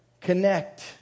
connect